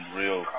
real